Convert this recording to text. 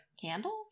candles